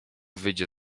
wyjdzie